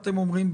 אתם אומרים,